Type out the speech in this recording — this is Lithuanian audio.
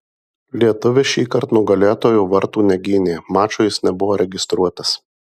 lietuvis šįkart nugalėtojų vartų negynė mačui jis nebuvo registruotas